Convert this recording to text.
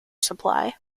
supply